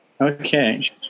Okay